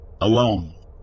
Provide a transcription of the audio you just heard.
alone